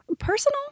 personal